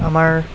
আমাৰ